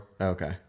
Okay